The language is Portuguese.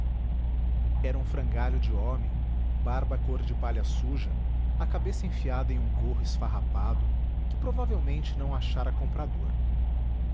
era um frangalho de homem barba cor de palha suja a cabeça enfiada em um gorro esfarrapado que provavelmente não achara comprador